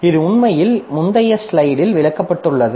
இது உண்மையில் முந்தைய ஸ்லைடில் விளக்கப்பட்டுள்ளது